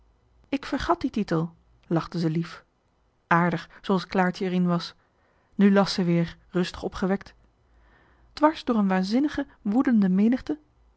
ik vergat die titel lachte zij lief aardig zooals claartje er in was nu las zij weer rustig opgewekt dwars door een waanzinnige woedende menigte